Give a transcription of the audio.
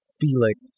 Felix